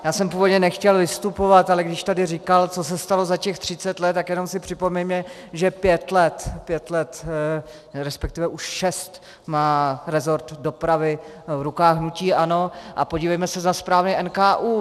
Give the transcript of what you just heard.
Já jsem původně nechtěl vystupovat, ale když tady říkal, co se stalo za těch 30 let, tak jenom si připomeňme, že pět let, resp. už šest, má rezort dopravy v rukou hnutí ANO, a podívejme se na zprávy NKÚ.